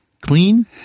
clean